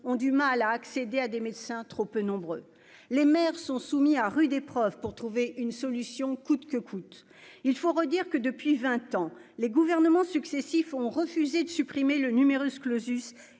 ont du mal à accéder à des médecins, trop peu nombreux, les maires sont soumis à rude épreuve pour trouver une solution coûte que coûte, il faut redire que depuis 20 ans, les gouvernements successifs ont refusé de supprimer le numerus clausus,